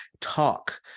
talk